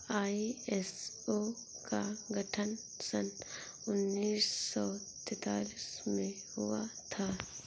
ISO का गठन सन उन्नीस सौ सैंतालीस में हुआ था